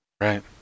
Right